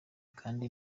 kandi